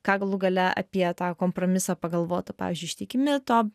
ką galų gale apie tą kompromisą pagalvotų pavyzdžiui ištikimi to